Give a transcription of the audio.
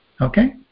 Okay